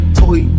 toy